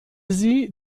sie